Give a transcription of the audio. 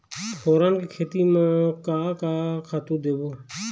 फोरन के खेती म का का खातू देबो?